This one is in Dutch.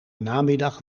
namiddag